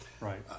right